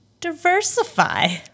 diversify